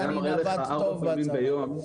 כן.